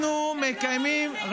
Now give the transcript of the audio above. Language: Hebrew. אנחנו מקיימים --- כן.